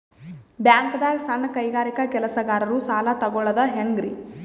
ಬ್ಯಾಂಕ್ದಾಗ ಸಣ್ಣ ಕೈಗಾರಿಕಾ ಕೆಲಸಗಾರರು ಸಾಲ ತಗೊಳದ್ ಹೇಂಗ್ರಿ?